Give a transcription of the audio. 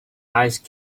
ice